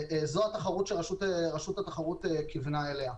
זאת התחרות שרשות התחרות כיוונה אליה,